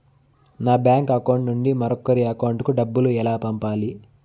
నా bank account నుండి మరొకరి అకౌంట్ కు డబ్బులు ఎలా పంపాలి